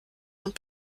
und